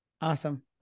Awesome